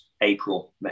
April